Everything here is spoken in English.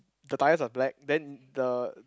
the tyre was black then the